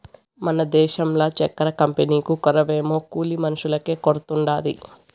మన దేశంల చక్కెర కంపెనీకు కొరవేమో కూలి మనుషులకే కొరతుండాది